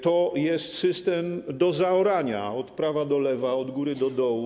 To jest system do zaorania od prawa do lewa, od góry do dołu.